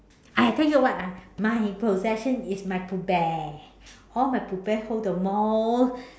I tell you what ah my possession is my pooh bear all my pooh bear hold the most